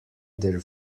their